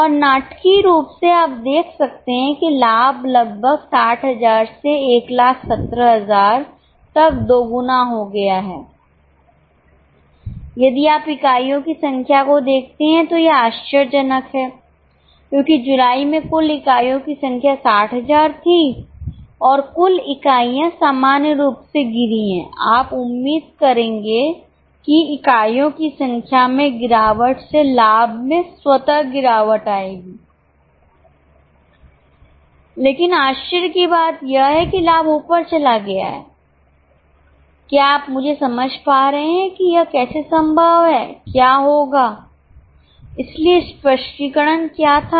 और नाटकीय रूप से आप देख सकते हैं कि लाभ लगभग 60000 से 117000 तक दोगुना हो गया है यदि आप इकाइयों की संख्या को देखते हैं तो यह आश्चर्यजनक है क्योंकि जुलाई में कुल इकाइयों की संख्या 60000 थी और कुल इकाइयाँ सामान्य रूप से गिरी हैं आप उम्मीद करेंगे कि इकाइयों की संख्या में गिरावट से लाभ में स्वतः गिरावट आएगी लेकिन आश्चर्य की बात यह है कि लाभ ऊपर चला गया है क्या आप मुझे समझ पा रहे हैं कि यह कैसे संभव है क्या होगा इसलिए स्पष्टीकरण क्या था